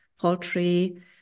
Poultry